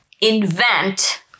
invent